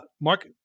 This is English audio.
Mark